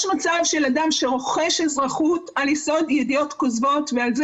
יש מצב של אדם שרוכש אזרחות על יסוד ידיעות כוזבות ועל זה